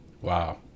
wow